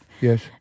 Yes